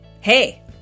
Hey